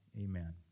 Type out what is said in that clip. Amen